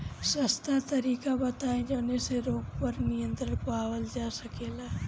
सस्ता तरीका बताई जवने से रोग पर नियंत्रण पावल जा सकेला?